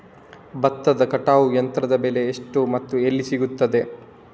ಭತ್ತದ ಕಟಾವು ಯಂತ್ರದ ಬೆಲೆ ಎಷ್ಟು ಮತ್ತು ಎಲ್ಲಿ ಸಿಗುತ್ತದೆ?